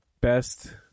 best